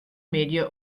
middei